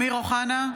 (קוראת בשמות חברי הכנסת) אמיר אוחנה,